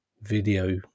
video